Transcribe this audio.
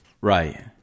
Right